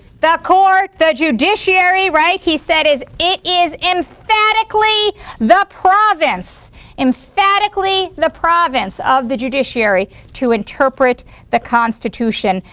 the court, the judiciary, right. he said is it is emphatically the province emphatically the province of the judiciary to interpret the constitution.